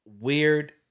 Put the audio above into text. weird